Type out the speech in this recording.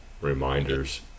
reminders